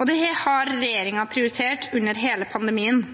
Dette har regjeringen prioritert under hele pandemien.